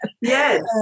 Yes